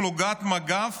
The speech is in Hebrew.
רואים פלוגת מג"ב